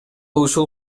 ушул